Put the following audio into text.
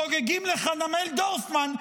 חוגגים לחנמאל דורפמן,